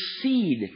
seed